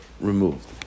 removed